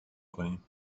کنیم